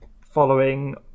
following